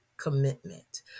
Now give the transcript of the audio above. commitment